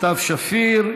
סתיו שפיר.